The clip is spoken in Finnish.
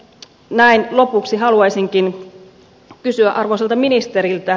näin lopuksi haluaisinkin kysyä arvoisalta ministeriltä